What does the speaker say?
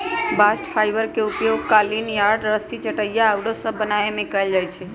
bast fibre के उपयोग कालीन, यार्न, रस्सी, चटाइया आउरो सभ बनाबे में कएल जाइ छइ